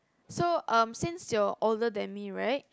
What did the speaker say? so um since you're older than me right